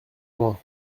loin